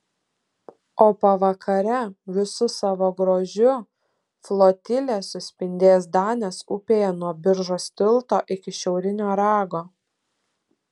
o pavakare visu savo grožiu flotilė suspindės danės upėje nuo biržos tilto iki šiaurinio rago